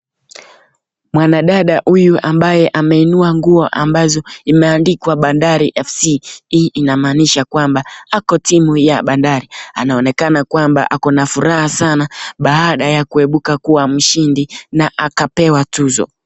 Mwanadada huyu ambaye ameinua nguo ambazo imeandikwa Bandari FC, hii inamaanisha kwamba ako timu ya Bandari. Anaonekana kwamba ako na furaha sana baada ya kuibuka kuwa mshindi na akapewa tuzo.